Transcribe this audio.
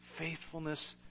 Faithfulness